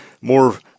more